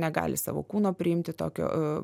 negali savo kūno priimti tokio